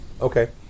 Okay